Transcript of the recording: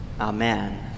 Amen